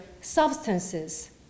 substances